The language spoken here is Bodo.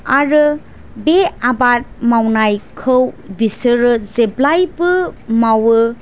आरो बे आबाद मावनायखौ बिसोरो जेब्लायबो मावो